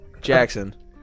Jackson